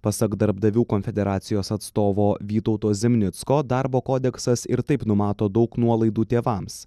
pasak darbdavių konfederacijos atstovo vytauto zimnicko darbo kodeksas ir taip numato daug nuolaidų tėvams